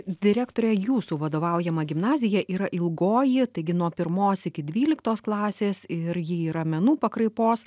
direktore jūsų vadovaujama gimnazija yra ilgoji taigi nuo pirmos iki dvyliktos klasės ir ji yra menų pakraipos